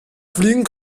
fliegen